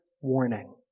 warning